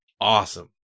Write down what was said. awesome